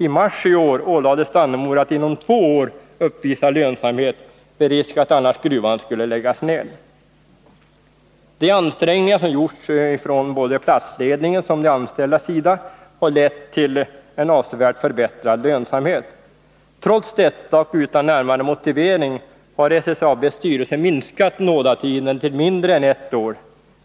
I mars i år ålades Dannemora att inom två år uppvisa lönsamhet vid risk att annars gruvan skulle läggas ned ——-.” De ansträngningar som gjorts ifrån både platsledningens som de anställdas sida har lett till en avsevärt förbättrad lönsamhet. Trots detta och utan närmare motivering har SSAB:s styrelse minskat ”nådatiden” till mindre än ett år.